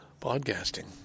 podcasting